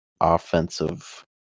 offensive